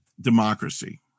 democracy